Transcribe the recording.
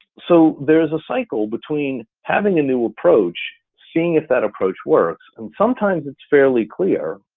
so there's a cycle between having a new approach, seeing if that approach works, and sometimes it's fairly clear.